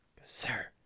Sir